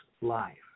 life